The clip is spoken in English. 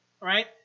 right